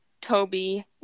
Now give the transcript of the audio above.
Toby